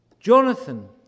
Jonathan